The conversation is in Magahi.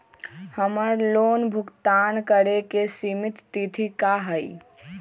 हमर लोन भुगतान करे के सिमित तिथि का हई?